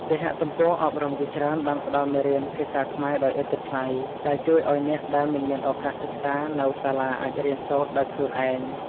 គេហទំព័រអប់រំជាច្រើនបានផ្តល់មេរៀនភាសាខ្មែរដោយឥតគិតថ្លៃ ដែលជួយឱ្យអ្នកដែលមិនមានឱកាសសិក្សានៅសាលាអាចរៀនសូត្រដោយខ្លួនឯង។